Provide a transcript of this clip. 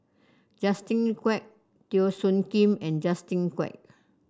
Justin Quek Teo Soon Kim and Justin Quek